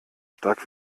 stark